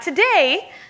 Today